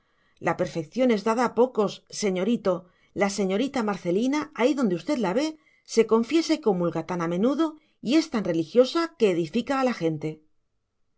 la perfección es dada a pocos señorito la señorita marcelina ahí donde usted la ve se confiesa y comulga tan a menudo y es tan religiosa que edifica a la gente